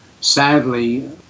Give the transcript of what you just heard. sadly